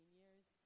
years